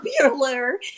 popular